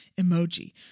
Emoji